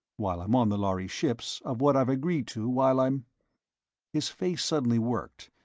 while i'm on the lhari ships, of what i've agreed to while i'm his face suddenly worked,